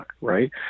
right